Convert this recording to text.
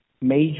major